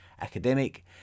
academic